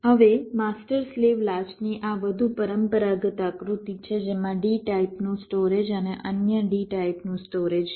તેથી master slave લાચની આ વધુ પરંપરાગત આકૃતિ છે જેમાં D ટાઇપનું સ્ટોરેજ અને અન્ય D ટાઇપનું સ્ટોરેજ છે